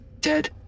Dead